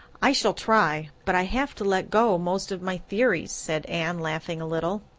i shall try. but i have to let go most of my theories, said anne, laughing a little.